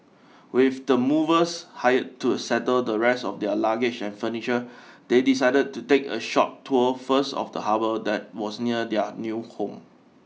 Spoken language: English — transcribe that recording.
with the movers hired to settle the rest of their luggage and furniture they decided to take a short tour first of the harbour that was near their new home